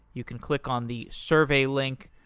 you can click on the survey link.